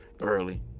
early